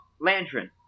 Lantern